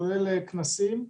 כולל ביטול כנסים.